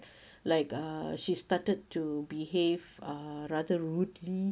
like uh she started to behave uh rather rudely